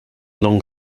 long